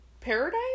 Paradise